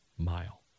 Mile